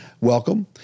Welcome